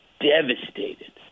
devastated